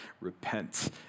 repent